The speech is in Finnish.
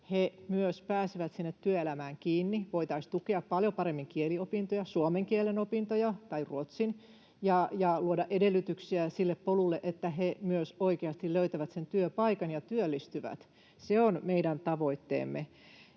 myös pääsevät sinne työelämään kiinni, voitaisiin tukea paljon paremmin kieliopintoja — suomen kielen opintoja tai ruotsin — ja luoda edellytyksiä sille polulle, että he myös oikeasti löytävät sen työpaikan ja työllistyvät. Se on meidän tavoitteemme.